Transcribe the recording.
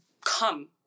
come